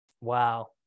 Wow